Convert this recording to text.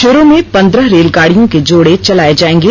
शुरू में पन्द्रह रेलगाडियों के जोड़े चलाए जाएंगे